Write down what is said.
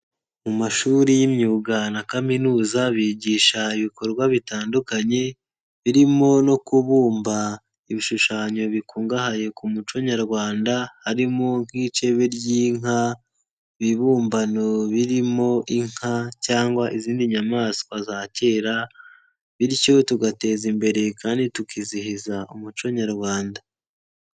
Mu mashuri y'imyuga na kaminuza bigisha ibikorwa bitandukanye birimo no kubumba ibishushanyo bikungahaye ku muco nyarwanda harimo nk'icebe ry'inka, ibibumbano birimo inka cyangwa izindi nyamaswa za kera, bityo tugateza imbere kandi tukizihiza umuco nyarwanda.